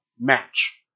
match